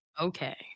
Okay